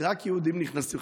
רק יהודים נכנסים.